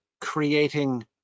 creating